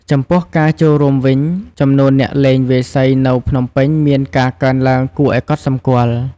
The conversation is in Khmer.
ចំពោះការចូលរួមវិញ ចំនួនអ្នកលេងវាយសីនៅភ្នំពេញមានការកើនឡើងគួរឲ្យកត់សម្គាល់។